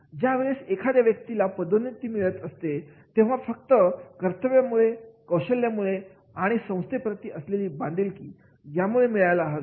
ज्या वेळेला एखाद्या व्यक्तीला पदोन्नती मिळते तेव्हा फक्त त्याच्या कर्तृत्वामुळे कौशल्यामुळे किंवा त्याची संस्थे प्रती असलेली बांधिलकी यामुळे मिळायला हवी